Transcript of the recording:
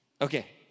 Okay